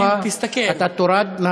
אם לא תחזור בך, אתה תורד מהדוכן.